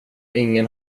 ingen